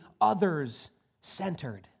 others-centered